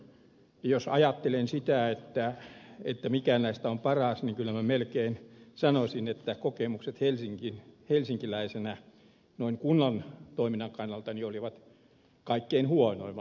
jos ajattelen sitä mikä näistä on paras niin kyllä minä melkein sanoisin että kokemukset helsinkiläisenä noin kunnan toiminnan kannalta olivat kaikkein huonoimmat